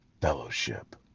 fellowship